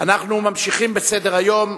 אנחנו ממשיכים בסדר-היום.